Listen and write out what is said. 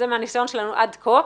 מהניסיון שלנו עד כה,